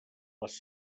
les